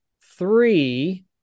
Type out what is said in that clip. three